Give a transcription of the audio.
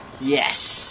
Yes